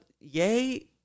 Yay